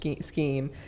scheme